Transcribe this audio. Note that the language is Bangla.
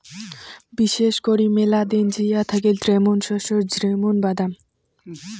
বিশেষ করি মেলা দিন জিয়া থাকি এ্যামুন শস্য য্যামুন বাদাম